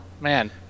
man